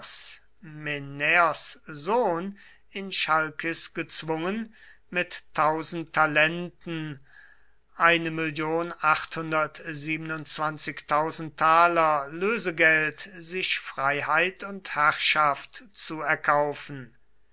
sohn in chalkis gezwungen mit talenten lösegeld sich freiheit und herrschaft zu erkaufen